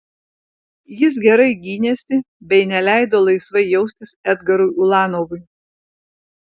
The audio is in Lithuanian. jis gerai gynėsi bei neleido laisvai jaustis edgarui ulanovui